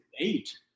eight